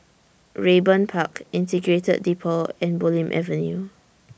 Raeburn Park Integrated Depot and Bulim Avenue